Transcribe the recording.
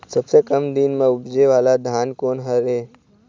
सबसे कम दिन म उपजे वाला धान कोन हर ये?